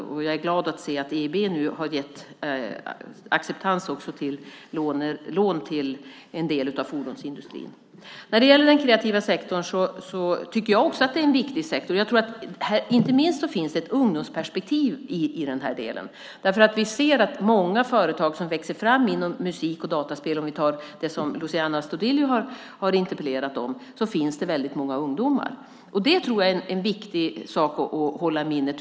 Och jag är glad över att se att EEB nu har gett acceptans också för lån till en del av fordonsindustrin. När det gäller den kreativa sektorn tycker jag också att det är en viktig sektor. Inte minst finns det ett ungdomsperspektiv i den här delen. Vi ser ju att det i många företag som växer fram inom musik och dataspelsområdet, om vi tar det som Luciano Astudillo har interpellerat om, finns väldigt många ungdomar. Det tror jag är en viktig sak att hålla i minnet.